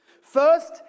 First